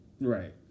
Right